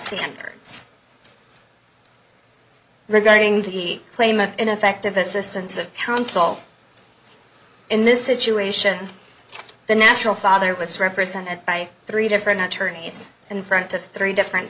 standards regarding the claim of ineffective assistance of counsel in this situation the natural father was represented by three different attorneys in front of three different